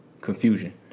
confusion